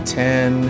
ten